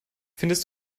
findest